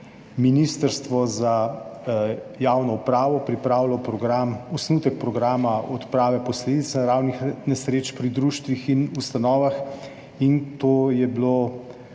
Ministrstvo za javno upravo pripravilo osnutek programa odprave posledic naravnih nesreč pri društvih in ustanovah in to je bilo